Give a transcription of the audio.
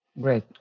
Great